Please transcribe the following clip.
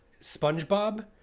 SpongeBob